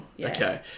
okay